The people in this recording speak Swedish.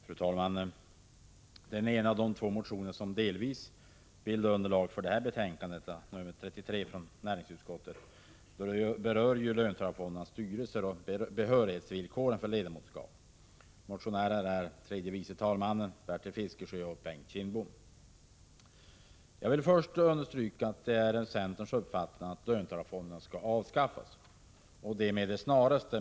Fru talman! Den ena av de två motioner som delvis utgör underlaget till 2 juni 1986 näringsutskottets betänkande 33 berör löntagarfondernas styrelser och behörighetsvillkoren i fråga orm ledamotskap. Motionärerna är tredje vice talman Bertil Fiskesjö och Bengt Kindbom. Först vill jag understryka att det är centerns uppfattning att löntagarfonderna skall avskaffas, och det med det snaraste.